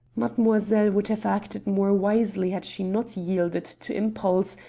mademoiselle would have acted more wisely had she not yielded to impulse,